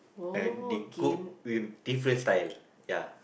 uh they cook with different style ya